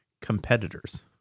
competitors